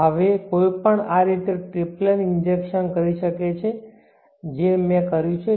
હવે કોઈ પણ આ રીતે આ ટ્રિપલેન ઇન્જેક્શન કરી શકે છે જેમ મેં કર્યું છે